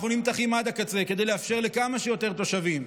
אנחנו נמתחים עד הקצה כדי לאפשר לכמה שיותר תושבים,